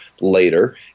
later